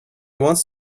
wants